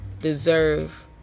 deserve